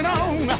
on